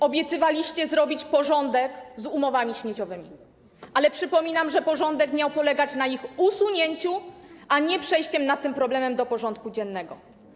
Obiecywaliście zrobić porządek z umowami śmieciowymi, ale przypominam, że porządek miał polegać na ich usunięciu, a nie przejściu nad tym problemem do porządku dziennego.